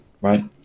right